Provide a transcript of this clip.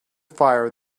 fire